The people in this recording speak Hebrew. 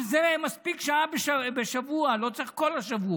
אבל לזה מספיקה שעה בשבוע, לא צריך כל השבוע.